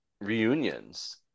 reunions